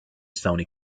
sony